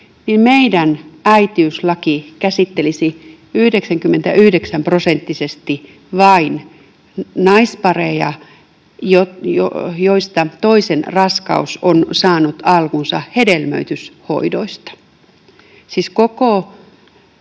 suuri. Meidän äitiyslakimme käsittelisi 99-prosenttisesti vain naispareja, joista toisen raskaus on saanut alkunsa hedelmöityshoidoista. Siis 52